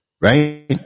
right